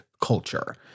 culture